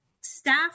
staff